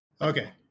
Okay